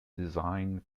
designed